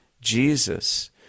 Jesus